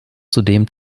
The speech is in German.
zudem